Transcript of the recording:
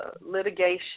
litigation